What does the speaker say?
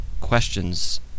questions